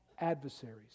adversaries